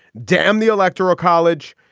damn the electoral college.